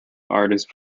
artist